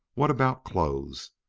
what about clothes?